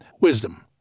wisdom